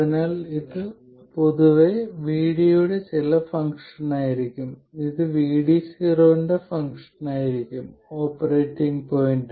അതിനാൽ ഇത് പൊതുവെ VD യുടെ ചില ഫംഗ്ഷനായിരിക്കും ഇത് VD0 ന്റെ ഫംഗ്ഷനായിരിക്കും ഓപ്പറേറ്റിംഗ് പോയിന്റ്